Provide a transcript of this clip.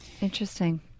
Interesting